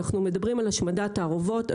אנחנו מדברים על השמדת תערובות,